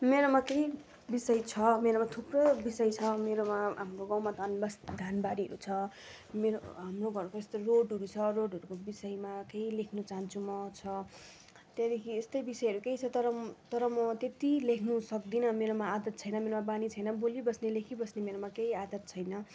मेरोमा केही विषय छ मेरोमा थुप्रो विषय छ मेरोमा हाम्रो गाउँमा धान बस् धान बारीहरू छ मेरो हाम्रो घरको यस्तो रोडहरू छ रोडहरूको विषयमा केही लेख्नु चाहन्छु म छ त्यहाँदेखि यस्तै विषयहरू केही छ तर तर म त्यति लेख्नु सक्दिनँ मेरोमा आदत छैन मेरोमा बानी छैन बोलिबस्ने लेखिबस्ने मेरोमा केही आदत छैन